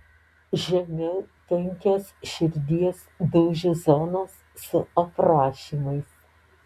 žemiau penkios širdies dūžių zonos su aprašymais